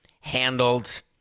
handled